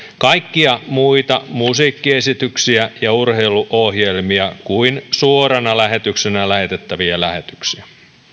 kaikkia muita musiikkiesityksiä ja urheiluohjelmia kuin suorana lähetyksenä lähetettäviä lähetyksiä